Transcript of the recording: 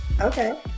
Okay